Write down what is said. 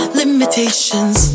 limitations